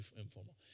informal